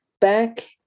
back